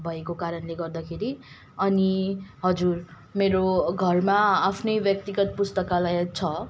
भएको कारणले गर्दाखेरि अनि हजुर मेरो घरमा आफ्नै व्यक्तिगत पुस्तकालय छ